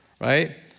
Right